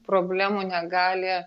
problemų negali